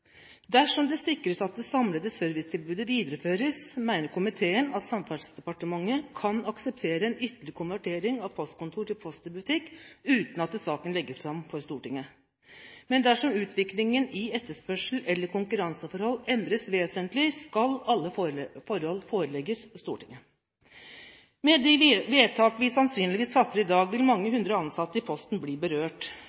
Dersom det sikres at det samlede servicetilbudet videreføres, mener komiteen at Samferdselsdepartementet kan akseptere en ytterligere konvertering av postkontor til Post i Butikk, uten at saken legges fram for Stortinget. Men dersom utviklingen i etterspørsel eller konkurranseforhold endres vesentlig, skal alle forhold forelegges Stortinget. Med de vedtak vi sannsynligvis fatter i dag, vil mange